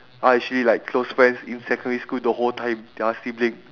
are actually like close friends in secondary school the whole time their sibling